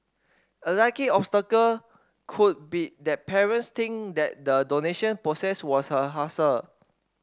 a likely obstacle could be that parents think that the donation process was a hassle